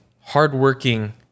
hardworking